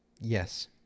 yes